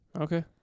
Okay